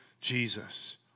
Jesus